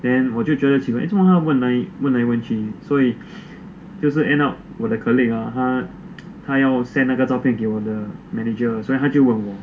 then 我就觉得奇怪做么他们问来问去所以就是 end up 我的 colleague ah 他要 send 那个照片给我的 manager 所以他就问我